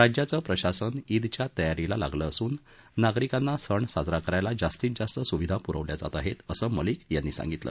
राज्याचं प्रशासन ईदच्या तयारीला लागलं असून नागरिकांना सण साजरा करायला जास्तीत जास्त सुविधा पुरवल्या जात आहेत असं मलिक यांनी सांगितलं